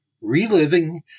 Reliving